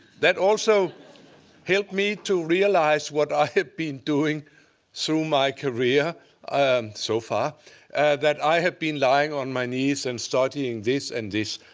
that also helped me to realize what i had been doing through my career um so that i have been lying on my knees and studying this and this.